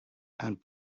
and